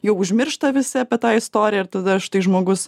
jog užmiršta visi apie tą istoriją ir tada štai žmogus